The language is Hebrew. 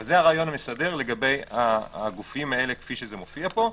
אבל זה הרעיון המסדר לגבי הגופים האלה כפי שזה מופיע פה.